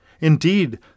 Indeed